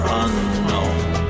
unknown